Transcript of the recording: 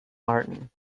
martin